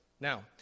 Now